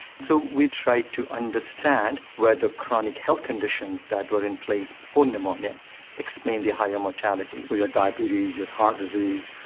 so we tried to understand where the chronic health conditions that were in place before pneumonia explained the high immortality. so you had diabetes, you had heart disease,